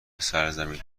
سرزمین